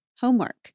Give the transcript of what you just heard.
homework